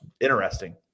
interesting